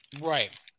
Right